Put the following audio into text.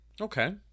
Okay